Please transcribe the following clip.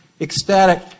ecstatic